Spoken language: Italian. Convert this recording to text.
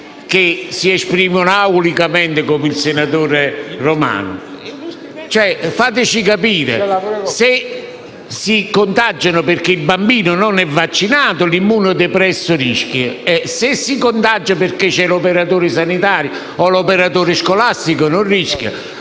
che si esprimono aulicamente come il senatore Romano. Fateci capire: se si contagia perché il bambino non è vaccinato l'immunodepresso rischia; se si contagia perché c'è l'operatore sanitario o scolastico non rischia?